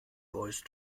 voice